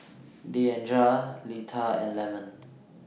Deandra Leitha and Lemon